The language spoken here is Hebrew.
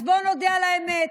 אז בוא נודה על האמת,